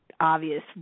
obvious